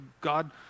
God